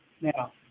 Now